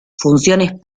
funciones